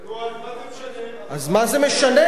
נו, אז מה זה משנה?